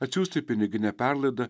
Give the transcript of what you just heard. atsiųsti pinigine perlaida